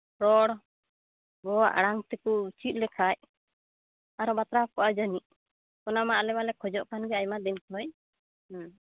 ᱨᱚᱲ ᱜᱚᱣᱟᱜ ᱟᱲᱟᱝ ᱛᱮᱮᱠᱚ ᱪᱮᱫ ᱞᱮᱠᱷᱟᱱ ᱟᱨᱚ ᱵᱟᱛᱨᱟᱣ ᱠᱚᱜᱼᱟ ᱡᱟᱹᱱᱤᱡ ᱚᱱᱟᱢᱟ ᱟᱞᱮ ᱢᱟᱞᱮ ᱠᱷᱚᱡᱚᱜ ᱠᱟᱱᱜᱮ ᱟᱭᱢᱟ ᱫᱤᱱ ᱠᱷᱚᱱ ᱦᱮᱸ